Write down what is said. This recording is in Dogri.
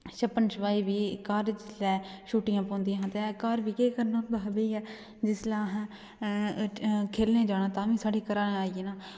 छप्पन छपाई बी घर जिसलै छुट्टियां पौंदियां हियां ते घर बी केह् करना होंदा बाहर बेहियै जिसलै असें खेलनै ई जाना तां बी साढ़े घर आह्लें आई जाना